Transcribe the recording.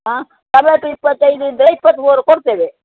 ಆಂ tomato ಇಪ್ಪತ್ತೈದು ಇದ್ದರೆ ಇಪ್ಪತ್ಮೂರು ಕೊಡ್ತೇವೆ